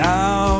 Now